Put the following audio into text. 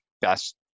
best